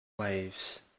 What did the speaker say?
waves